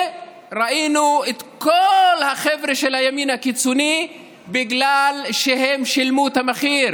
ראינו את כל החבר'ה של הימין הקיצוני בגלל שהם שילמו את המחיר.